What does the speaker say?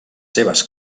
seves